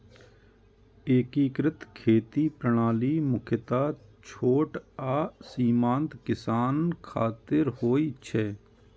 एकीकृत खेती प्रणाली मुख्यतः छोट आ सीमांत किसान खातिर होइ छै